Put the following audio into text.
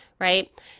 Right